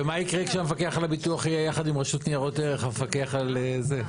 ומה יקרה שהמפקח על הביטוח יהיה יחד עם רשות ניירות ערך המפקח על זה?